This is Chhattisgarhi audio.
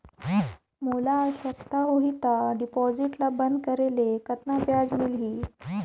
मोला आवश्यकता होही त डिपॉजिट ल बंद करे ले कतना ब्याज मिलही?